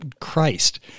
christ